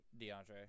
DeAndre